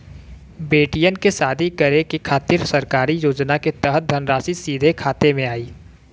बेटियन के शादी करे के खातिर सरकारी योजना के तहत धनराशि सीधे खाता मे आई?